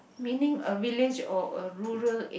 meaning a village or a rural area